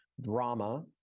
drama